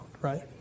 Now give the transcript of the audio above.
right